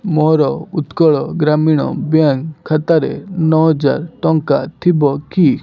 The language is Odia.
ମୋର ଉତ୍କଳ ଗ୍ରାମୀଣ ବ୍ୟାଙ୍କ ଖାତାରେ ନଅ ହଜାର ଟଙ୍କା ଥିବ କି